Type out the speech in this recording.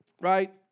right